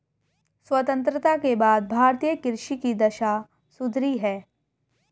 स्वतंत्रता के बाद भारतीय कृषि की दशा सुधरी है